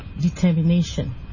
determination